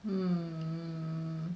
um